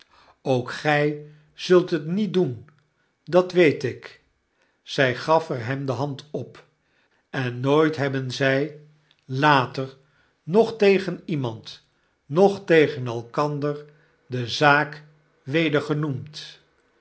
ook gy zult het niet doen dat weet ik zy gaf er hem de hand op en nooit hebben zij later noch tegen iemand noch tegen elkander de zaak